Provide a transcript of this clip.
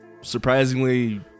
surprisingly